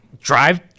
drive